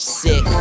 sick